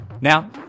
Now